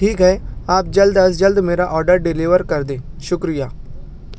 ٹھیک ہے آپ جلد از جلد میرا آڈر ڈلیور کر دیں شکریہ